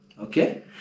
Okay